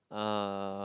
uh